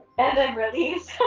and then release.